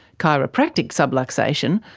chiropractic subluxation,